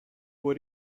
puoi